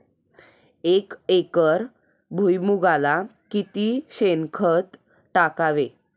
एक एकर भुईमुगाला किती शेणखत टाकावे?